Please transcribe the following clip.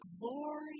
glory